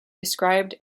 described